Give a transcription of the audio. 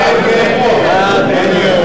מי נמנע?